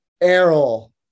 Errol